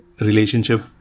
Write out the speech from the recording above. relationship